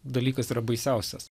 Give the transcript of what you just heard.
dalykas yra baisiausias